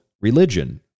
religion